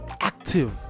active